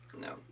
No